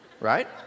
Right